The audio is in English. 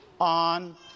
on